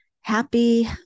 happy